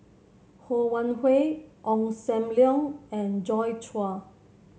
Ho Wan Hui Ong Sam Leong and Joi Chua